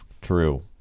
True